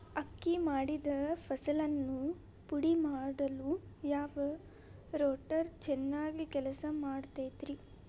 ಅಕ್ಕಿ ಮಾಡಿದ ಫಸಲನ್ನು ಪುಡಿಮಾಡಲು ಯಾವ ರೂಟರ್ ಚೆನ್ನಾಗಿ ಕೆಲಸ ಮಾಡತೈತ್ರಿ?